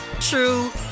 true